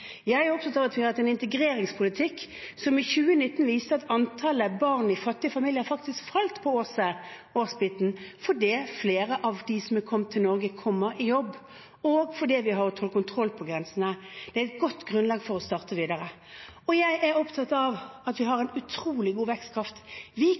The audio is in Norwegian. Jeg er opptatt av at vi har hatt en integreringspolitikk som i 2019 viste at antallet barn i fattige familier faktisk falt på årsbasis, fordi flere av dem som er kommet til Norge, kommer i jobb, og fordi vi har holdt kontroll på grensene. Det er et godt grunnlag for starten videre. Jeg er opptatt av at vi har en utrolig god vekstkraft. Vi